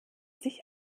sich